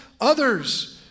others